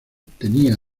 tenía